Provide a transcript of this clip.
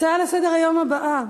ההצעה לסדר-היום הבאה,